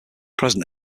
present